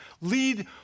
lead